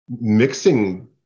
mixing